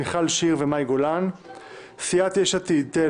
מיכל שיר וקטי שטרית; סיעת יש עתיד-תל"ם